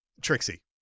Trixie